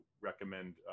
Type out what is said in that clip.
recommend